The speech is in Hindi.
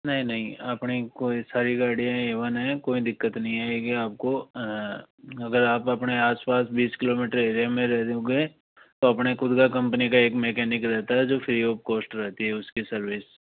नहीं नहीं अपनी कोई सारी गाड़ियाँ ए वन हैं कोई दिक्कत नहीं आएगी आपको अगर आप अपने आस पास बीस किलोमीटर एरिया में रह लोगे तो अपने खुद का कंपनी का एक मेकैनिक रहता है जो फ़्री ओफ़ कॉस्ट रहती है उसकी सर्विस